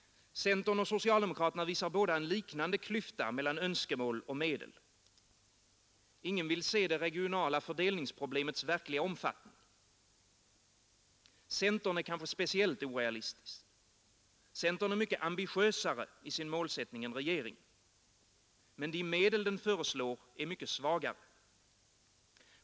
Centern och socialdemokraterna visar båda en liknande klyfta mellan önskemål och medel. Ingen vill se det regionala fördelningsproblemets verkliga omfattning. Centern är kanske speciellt orealistisk. Centern är mycket ambitiösare i sin målsättning än regeringen. Men de medel den föreslår är mycket svagare.